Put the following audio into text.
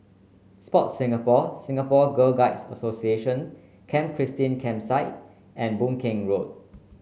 Sport Singapore Singapore Girl Guides Association Camp Christine Campsite and Boon Keng Road